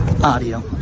Audio